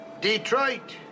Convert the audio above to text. Detroit